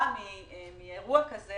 כתוצאה מאירוע כזה